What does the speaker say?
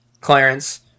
Clarence